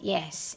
Yes